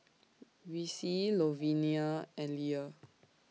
Vicy Louvenia and Lia